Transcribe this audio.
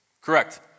Correct